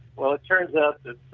well, it turns out that